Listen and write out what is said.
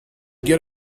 get